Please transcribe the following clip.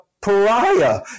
pariah